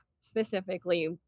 specifically